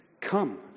come